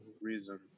reason